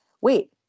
wait